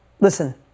listen